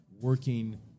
working